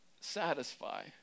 satisfy